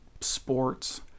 sports